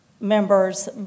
members